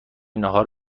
ناهار